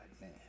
man